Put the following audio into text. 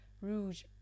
rouge